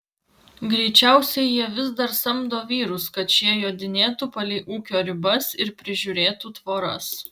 greičiausiai jie vis dar samdo vyrus kad šie jodinėtų palei ūkio ribas ir prižiūrėtų tvoras